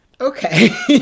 okay